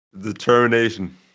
Determination